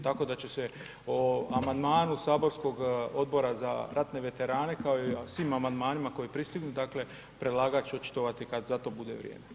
Tako da će se o amandmanu saborskog Odbora za ratne veterane kao i svim amandmanima koji pristignu dakle predlagatelj očitovati kad za to bude vrijeme.